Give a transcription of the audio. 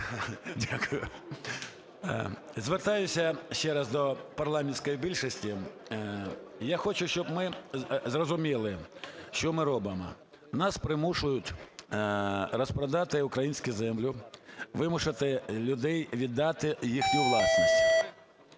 О.С. Звертаюсь ще раз до парламентської більшості. Я хочу, щоб ми зрозуміли, що ми робимо. Нас примушують розпродати українську землю, вимусити людей віддати людей їхню власність